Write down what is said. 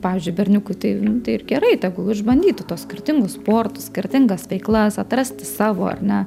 pavyzdžiui berniukui tai tai ir gerai tegul išbandytų tuos skirtingus sportus skirtingas veiklas atrasti savo ar ne